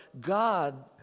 God